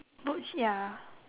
butch ya